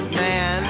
man